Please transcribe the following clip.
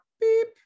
beep